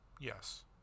yes